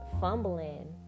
fumbling